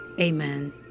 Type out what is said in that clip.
Amen